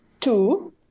two